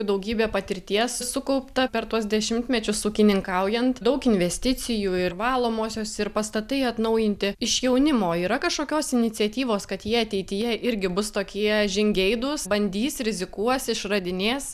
daugybė patirties sukaupta per tuos dešimtmečius ūkininkaujant daug investicijų ir valomosios ir pastatai atnaujinti iš jaunimo yra kažkokios iniciatyvos kad jie ateityje irgi bus tokie žingeidūs bandys rizikuos išradinės